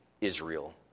Israel